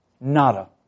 Nada